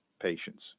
patients